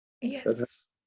Yes